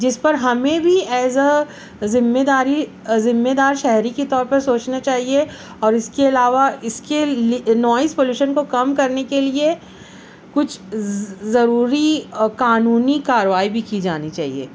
جس پر ہمیں بھی ایز اَ ذمہ داری ذمہ دار شہری کے طور پر سوچنا چاہیے اور اس کے علاوہ اس کے نوئز پولیوشن کو کم کرنے کے لیے کچھ ضروری اور قانونی کارروائی بھی کی جانی چاہیے